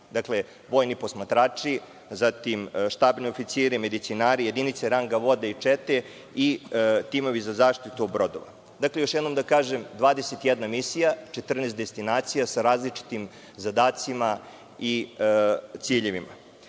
ih vojni posmatrači, zatim štabni oficiri, medicinari, jedinice ranga voda i čete i timovi za zaštitu brodova. Još jednom da kažem, 21 misija, 14 destinacija sa različitim zadacima i ciljevima. Gde